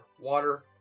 water